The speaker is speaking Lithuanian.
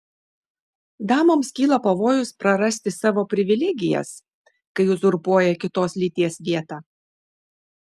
damoms kyla pavojus prarasti savo privilegijas kai uzurpuoja kitos lyties vietą